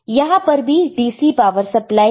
यहां पर भी DC पावर सप्लाई है